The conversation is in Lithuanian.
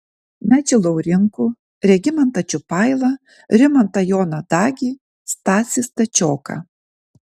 mečį laurinkų regimantą čiupailą rimantą joną dagį stasį stačioką